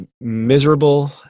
miserable